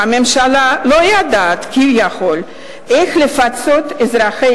הממשלה לא יודעת כביכול איך לפצות את אזרחי